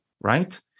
right